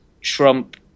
trump